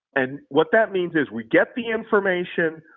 and what that means is we get the information,